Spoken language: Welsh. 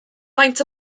faint